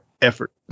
Effort